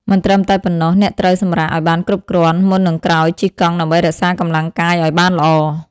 មិនត្រឹមតែប៉ុណ្ណោះ អ្នកត្រូវសម្រាកឲ្យបានគ្រប់គ្រាន់ មុននឹងក្រោយជិះកង់ដើម្បីរក្សាកម្លាំងកាយឲ្យបានល្អ។